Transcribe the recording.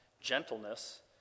gentleness